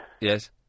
Yes